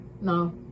no